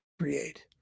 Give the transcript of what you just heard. create